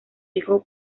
hijo